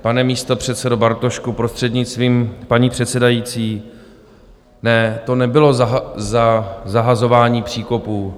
Pane místopředsedo Bartošku, prostřednictvím paní předsedající, ne, to nebylo zahazování příkopů.